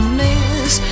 miss